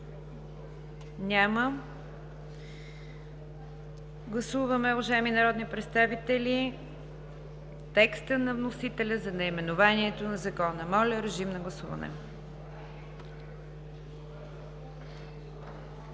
Няма. Гласуваме, уважаеми народни представители, текста на вносителя за наименованието на Закона. Гласували